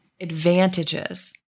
advantages